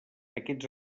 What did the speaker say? aquests